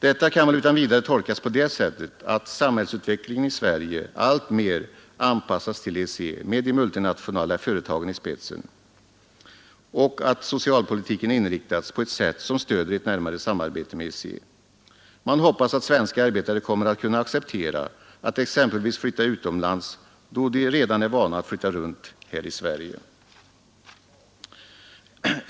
Detta kan väl utan vidare tolkas på det sättet att samhällsutvecklingen i Sverige alltmer anpassas till EEC med de multinationella företagen i spetsen och att socialpolitiken inriktas på ett sätt som stöder ett närmare Nr 138 samarbete med EEC. Man hoppas att svenska arbetare kommer att kunna Tisdagen den acceptera att exempelvis flytta utomlands då de redan är vana att flytta 12 december 1972 runt här i Sverige.